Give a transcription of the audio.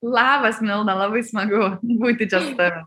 labas milda labai smagu būti čia su tavim